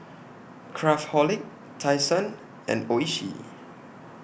Craftholic Tai Sun and Oishi